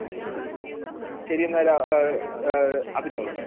മ്മ് ശരിയെന്നാല് അഭിനവ്